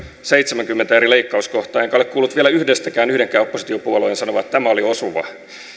seitsemänkymmentä eri leikkauskohtaa enkä ole kuullut vielä yhdestäkään yhdenkään oppositiopuolueen sanovan että tämä oli osuva